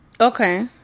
Okay